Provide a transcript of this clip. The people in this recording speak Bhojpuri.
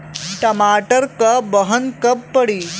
टमाटर क बहन कब पड़ी?